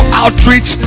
outreach